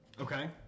Okay